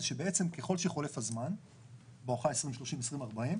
זה שבעצם ככל שחולף הזמן בואכה 2030 2040,